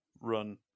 run